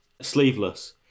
sleeveless